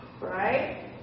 Right